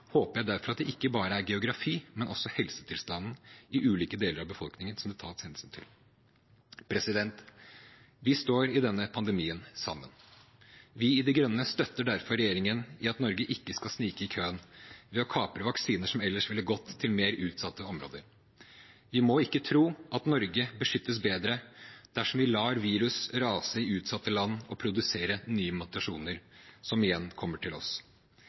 håper jeg derfor at det ikke bare er geografi, men også helsetilstanden i ulike deler av befolkningen som blir tatt hensyn til. Vi står i denne pandemien sammen. Vi i De Grønne støtter derfor regjeringen i at Norge ikke skal snike i køen ved å kapre vaksiner som ellers ville gått til mer utsatte områder. Vi må ikke tro at Norge beskyttes bedre dersom vi lar virus rase i utsatte land og produsere nye mutasjoner, som igjen kommer til oss.